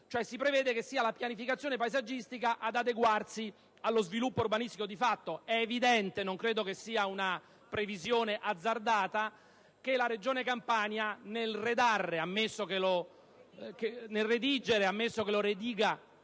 cioè si prevede che sia la pianificazione paesaggistica ad adeguarsi allo sviluppo urbanistico di fatto. È evidente - non credo sia una previsione azzardata - che la Regione Campania, nel redigere - ammesso che lo rediga